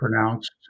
pronounced